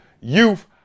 youth